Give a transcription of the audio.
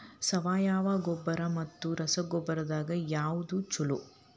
ಸಾವಯವ ಗೊಬ್ಬರ ಮತ್ತ ರಸಗೊಬ್ಬರದಾಗ ಯಾವದು ಛಲೋ?